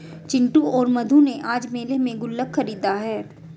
चिंटू और मधु ने आज मेले में गुल्लक खरीदा है